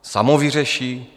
Samo vyřeší?